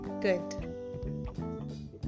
good